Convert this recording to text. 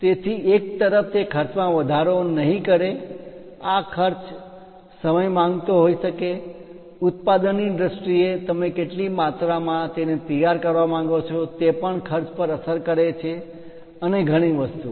તેથી એક તરફ તે ખર્ચમાં વધારો નહીં કરે આ ખર્ચ સમય માંગતો હોઈ શકે છે ઉત્પાદનની દ્રષ્ટિએ તમે કેટલી માત્રામાં તેને તૈયાર કરવા માંગો છો તે પણ ખર્ચ પર અસર કરે છે અને ઘણી વસ્તુઓ